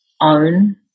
own